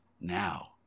Now